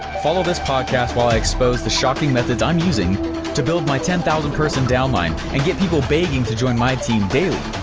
follow this podcast while i expose the shocking methods i'm using to build my ten thousand person downline and get people begging to join my team daily.